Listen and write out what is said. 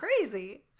crazy